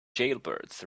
jailbirds